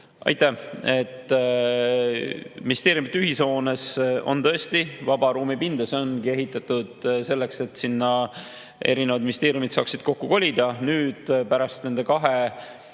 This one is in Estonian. Aitäh! Ministeeriumide ühishoones on tõesti vaba ruumipinda. See ongi ehitatud selleks, et sinna erinevad ministeeriumid saaksid kokku kolida. Pärast nende kahe